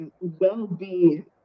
well-being